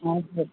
हजुर